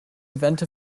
event